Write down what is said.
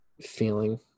feeling